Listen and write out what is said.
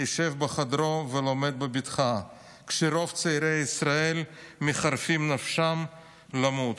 ישב בחדרו ולומד בבטחה כשרוב צעירי ישראל מחרפים נפשם למות".